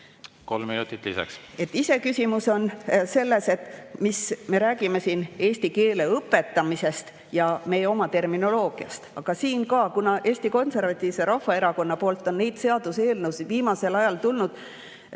Kolm minutit lisaks.